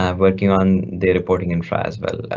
um working on the reporting infra as well,